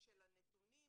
של הנתונים